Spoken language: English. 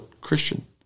Christian